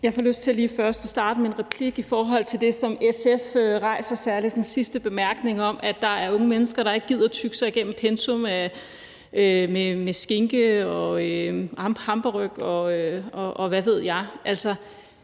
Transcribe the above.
Jeg får lyst til lige først at starte med en replik til det, som SF rejser, særlig den sidste bemærkning om, at der er unge mennesker, der ikke gider tygge sig igennem et pensum med skinke og hamburgerryg, og hvad ved jeg.